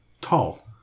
tall